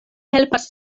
helpas